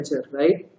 right